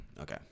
Okay